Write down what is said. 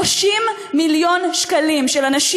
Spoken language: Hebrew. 30 מיליון שקלים של אנשים.